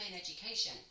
education